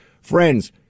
Friends